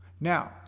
Now